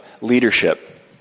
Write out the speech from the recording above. leadership